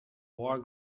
war